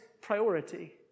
priority